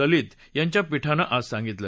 ललित यांच्या पीठानं आज सांगितलं